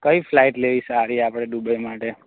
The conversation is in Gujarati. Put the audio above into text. કઈ ફ્લાઇટ લેવી સારી આપણે દુબઈ માટે